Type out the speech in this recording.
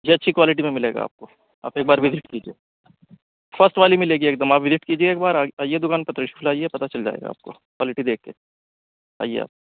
جی اچھی کوالٹی میں ملے گا آپ کو آپ ایک بار وزٹ کیجیے فسٹ والی ملے گی ایک دم آپ وزٹ کیجیے ایک بار آئیے دکان پہ تشریف لائیے پتہ چل جائے گا آپ کوالٹی دیکھ کے آئیے آپ